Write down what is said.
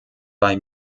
bei